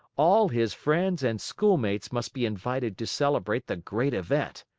all his friends and schoolmates must be invited to celebrate the great event!